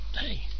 hey